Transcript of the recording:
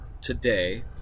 today